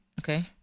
Okay